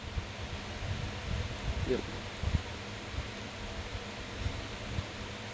yup